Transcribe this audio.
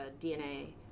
DNA